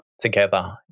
together